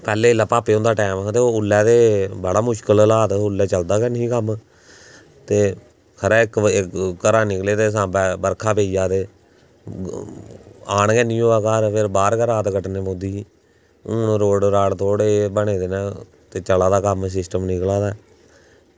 पैह्लें ते जेल्लै भापै हुंदा टैम हा ते बड़ा मुश्कल हालात उसलै चलदा निं हा कम्म खबरै घरा निकले दे सांबे बर्खा पेई जा आन निं होंदा घर फिर बाहर गै रात कट्टना पौंदी ही हून रोड़ थोह्ड़े जेह् बने दे न ते चला दा कम्म सिस्टम निकला दा ऐ